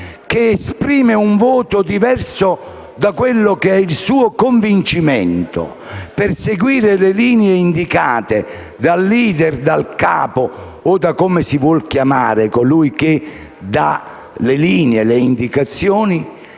che esprime un voto diverso da quello che è il suo convincimento per seguire le linee indicate dal *leader*, dal capo o da come si vuol chiamare colui che dà le indicazioni,